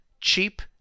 cheap